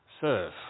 Serve